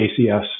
ACS